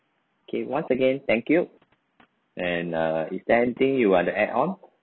K once again thank you and uh is there anything you want to add on